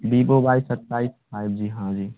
Vivo Y सत्ताईस five G हाँ जी